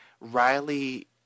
Riley